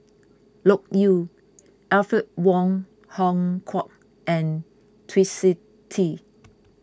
Loke Yew Alfred Wong Hong Kwok and Twisstii